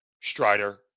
Strider